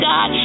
God